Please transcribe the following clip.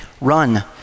run